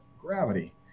gravity